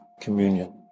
communion